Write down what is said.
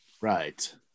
Right